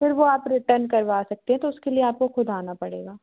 फिर वह आप रिटर्न करवा सकते हैं तो उसके लिए आपको ख़ुद आना पड़ेगा